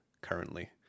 currently